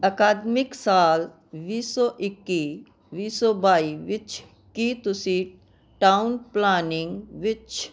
ਅਕਾਦਮਿਕ ਸਾਲ ਵੀਹ ਸੌ ਇੱਕੀ ਵੀਹ ਸੌ ਬਾਈ ਵਿੱਚ ਕੀ ਤੁਸੀਂ ਟਾਊਨ ਪਲਾਨਿੰਗ ਵਿੱਚ